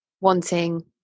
wanting